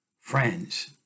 Friends